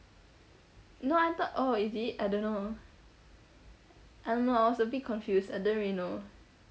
no I thought oh is it I don't know I don't know I was a bit confused I don't really know